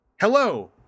Hello